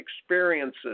experiences